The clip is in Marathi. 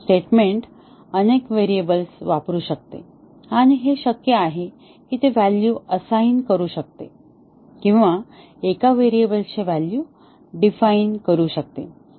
स्टेटमेंट अनेक व्हेरिएबल्स वापरू शकते आणि हे शक्य आहे की ते व्हॅल्यू असाईन करू शकते किंवा एका व्हेरिएबलचे व्हॅल्यू डिफाइन करू शकते